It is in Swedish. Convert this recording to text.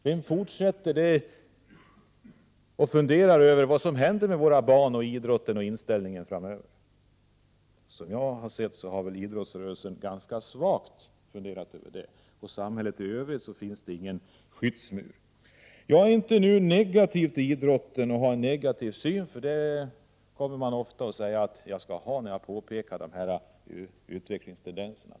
Vem fortsätter att fundera över vad som händer med våra barn och deras inställning till idrotten framöver? Idrottsrörelsen har, vad jag har sett, ganska svalt funderat över det. I samhället i övrigt finns inte någon skyddsmur. Jag är inte negativ till idrotten. Jag har inte någon negativ syn på den. Men det påstår man ofta när jag påpekar dessa utvecklingstendenser.